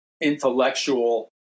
intellectual